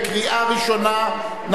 בקריאה ראשונה.